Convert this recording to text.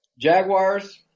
Jaguars